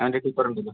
അവൻ്റെ ടിപ്പറുണ്ടല്ലോ